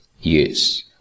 yes